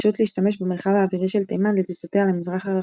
רשות להשתמש במרחב האווירי של תימן לטיסותיה למזרח הרחוק,